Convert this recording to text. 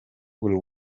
will